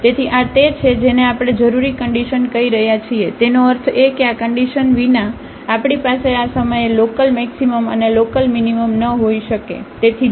તેથી આ તે છે જેને આપણે જરૂરી કન્ડિશન કહી રહ્યા છીએ તેનો અર્થ એ કે આ કન્ડિશનકન્ડિશન વિના આપણી પાસે આ સમયે લોકલમેક્સિમમ અને લોકલમીનીમમ ન હોઈ શકે